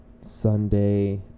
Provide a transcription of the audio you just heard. sunday